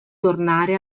tornare